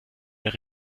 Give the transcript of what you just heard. mehr